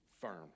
firm